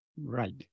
Right